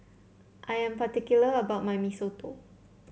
I am particular about my Mee Soto